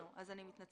שלנו, אני מתנצלת.